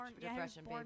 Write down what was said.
depression